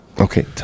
Okay